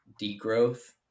degrowth